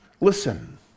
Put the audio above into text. listen